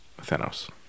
Thanos